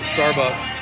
Starbucks